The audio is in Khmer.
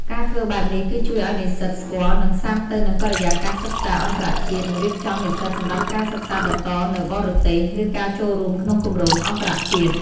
ការធ្វើបែបនេះគឺជួយឱ្យនិស្សិតស្គាល់ និងស៊ាំទៅនឹងបរិយាកាសសិក្សាអន្តរជាតិនឹងរៀបចំនិស្សិតសម្រាប់ការសិក្សាបន្តនៅបរទេស ឬការចូលរួមក្នុងគម្រោងអន្តរជាតិ។